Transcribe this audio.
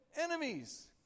enemies